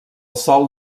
sòl